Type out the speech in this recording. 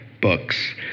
books